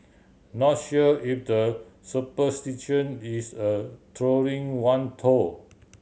not sure if the superstition is a trolling one though